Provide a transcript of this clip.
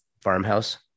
farmhouse